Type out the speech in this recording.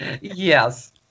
Yes